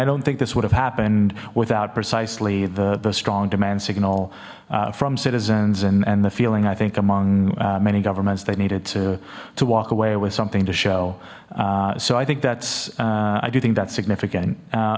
i don't think this would have happened without precisely the the strong demand signal from citizens and the feeling i think among many governments they needed to to walk away with something to show so i think that's i do think that's significant